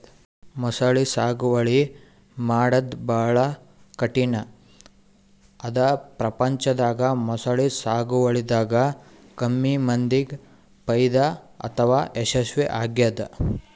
ಮೊಸಳಿ ಸಾಗುವಳಿ ಮಾಡದ್ದ್ ಭಾಳ್ ಕಠಿಣ್ ಅದಾ ಪ್ರಪಂಚದಾಗ ಮೊಸಳಿ ಸಾಗುವಳಿದಾಗ ಕಮ್ಮಿ ಮಂದಿಗ್ ಫೈದಾ ಅಥವಾ ಯಶಸ್ವಿ ಆಗ್ಯದ್